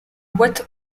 boîte